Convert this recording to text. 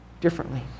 differently